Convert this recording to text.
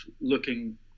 looking